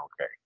okay